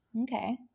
Okay